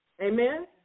Amen